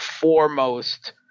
foremost